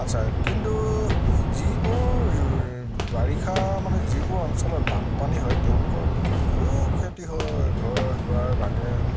আচ্ছা কিন্তু যিবোৰ বাৰিষা মানে যিবোৰ অঞ্চলত বানপানী হয় তেওঁলোকৰ বহু খেতি হয় ঘৰ দুৱাৰ ভাঙে